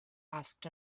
asked